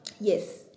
Yes